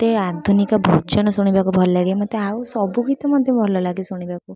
ମୋତେ ଆଧୁନିକ ଭଜନ ଶୁଣିବାକୁ ଭଲ ଲାଗେ ମୋତେ ଆଉ ସବୁ ଗୀତ ମଧ୍ୟ ଭଲ ଲାଗେ ଶୁଣିବାକୁ